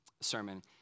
sermon